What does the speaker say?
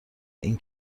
این